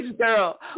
girl